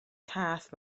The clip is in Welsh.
cath